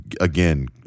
again